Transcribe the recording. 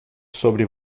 sobre